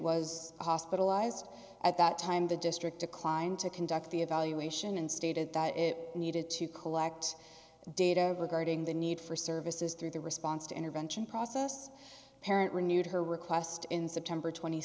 was hospitalized at that time the district declined to conduct the evaluation and stated that it needed to collect data regarding the need for services through the response to intervention process parent renewed her request in september t